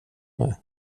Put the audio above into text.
med